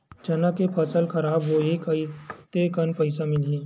चना के फसल खराब होही कतेकन पईसा मिलही?